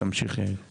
תמשיך, יאיר.